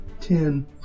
Ten